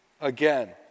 again